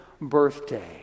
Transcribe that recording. birthday